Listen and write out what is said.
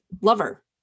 lover